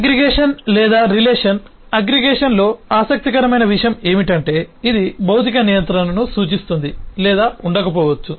aggregation లేదా relation అగ్రిగేషన్లో ఆసక్తికరమైన విషయం ఏమిటంటే ఇది భౌతిక నియంత్రణను సూచిస్తుంది లేదా ఉండకపోవచ్చు